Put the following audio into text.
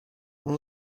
اون